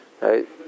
Right